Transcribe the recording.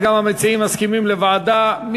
וגם המציעים מסכימים לוועדה.